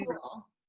cool